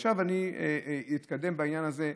עכשיו אני אתקדם בעניין הזה.